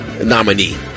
nominee